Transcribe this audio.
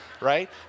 right